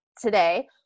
today